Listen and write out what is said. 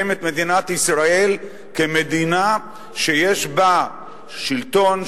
את מדינת ישראל כמדינה שיש בה שלטון,